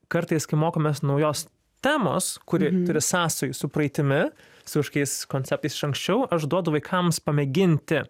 kartais kai mokomės naujos temos kuri turi sąsajų su praeitimi su kažkokiais konceptais iš anksčiau aš duodu vaikams pamėginti